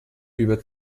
über